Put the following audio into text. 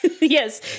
Yes